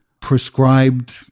prescribed